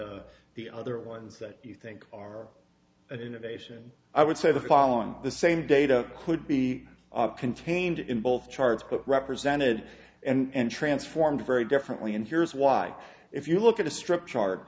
on the other ones that you think are an innovation i would say the following the same data could be contained in both charts but represented and transform very differently and here's why if you look at a strip chart